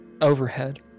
overhead